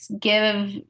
give